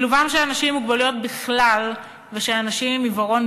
שילובם של אנשים עם מוגבלויות בכלל ושל אנשים עם עיוורון